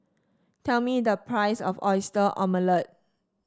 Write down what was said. tell me the price of Oyster Omelette